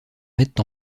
mettent